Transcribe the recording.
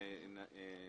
שבהם יש חסר,